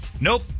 Nope